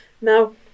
Now